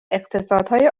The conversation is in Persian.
اقتصادهای